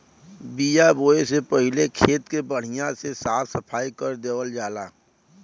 बिया बोये से पहिले खेत के बढ़िया से साफ सफाई कर देवल जाला